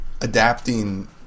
adapting